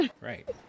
Right